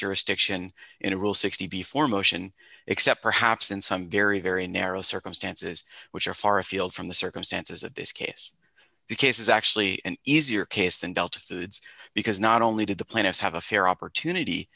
jurisdiction in a rule sixty four motion except perhaps in some very very narrow circumstances which are far afield from the circumstances of this case the case is actually an easier case than delta foods because not only did the plaintiffs have a fair opportunity